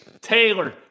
Taylor